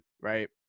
right